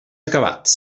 acabats